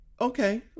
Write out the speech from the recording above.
Okay